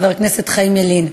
חבר הכנסת חיים ילין,